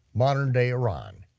modern day iran,